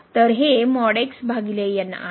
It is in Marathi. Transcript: तर हे आहे